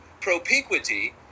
propinquity